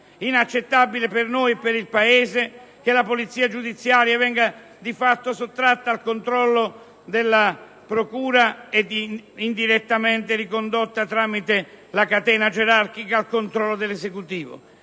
Inaccettabile per noi e per il Paese è che la polizia giudiziaria venga di fatto sottratta al controllo della procura e indirettamente ricondotta, tramite la catena gerarchica, al controllo dell'Esecutivo.